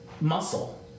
muscle